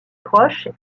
proche